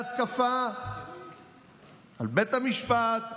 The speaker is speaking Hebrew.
בהתקפה על בית המשפט,